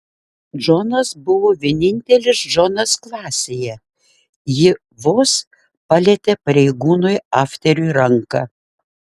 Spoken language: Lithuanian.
džonas buvo vienintelis džonas klasėje ji vos palietė pareigūnui afteriui ranką